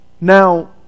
Now